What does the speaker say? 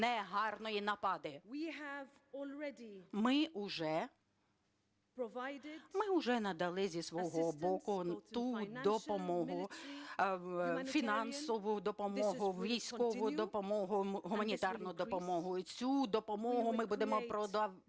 ту допомогу, фінансову допомогу, військову допомогу, гуманітарну допомогу